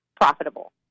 profitable